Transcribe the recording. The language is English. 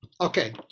Okay